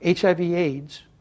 HIV-AIDS